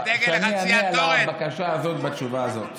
שאני אענה על הבקשה הזאת בתשובה הזאת.